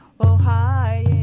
Ohio